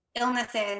illnesses